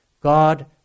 God